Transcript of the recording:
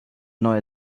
neue